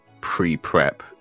pre-prep